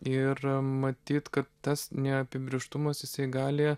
ir matyt kad tas neapibrėžtumas jisai gali